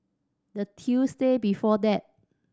the Tuesday before that